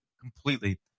completely